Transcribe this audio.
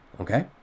Okay